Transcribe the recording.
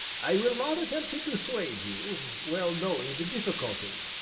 i will not attempt to dissuade you, well knowing the difficulty,